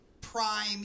Prime